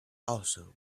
also